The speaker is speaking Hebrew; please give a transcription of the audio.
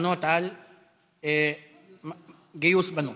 לענות על גיוס בנות.